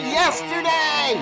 yesterday